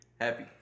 Happy